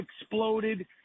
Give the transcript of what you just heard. exploded